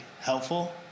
helpful